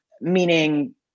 meaning